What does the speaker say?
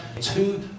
two